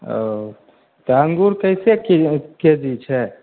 ओऽ तऽ अङ्गूर कैसे की के जी छै